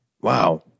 Wow